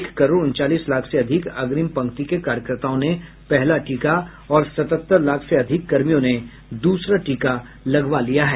एक करोड़ उनचालीस लाख से अधिक अग्रिम पंक्ति के कार्यकर्ताओं ने पहला टीका और सतहत्तर लाख से अधिक कर्मियों ने दूसरा टीका लगवा लिया है